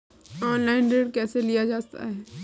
Online ऋण कैसे लिया जाता है?